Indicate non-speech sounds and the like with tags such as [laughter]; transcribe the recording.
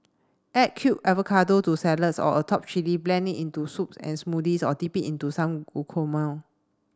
add cube avocado to salads or atop chilli blend it into soups and smoothies or dip into some [unintelligible]